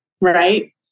right